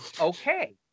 okay